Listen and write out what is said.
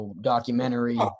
documentary